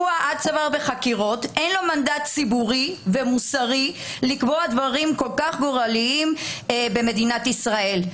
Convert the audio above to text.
אין לו מנדט ציבורי ומוסרי לקבוע דברים כל כך גורליים במדינת ישראל.